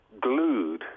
glued